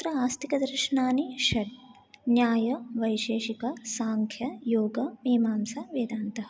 तत्र आस्तिकदर्शनानि षड् न्यायवैशेषिकसांख्ययोगमीमांसावेदान्तः